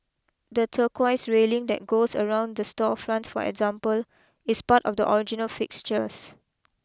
the turquoise railing that goes around the storefront for example is part of the original fixtures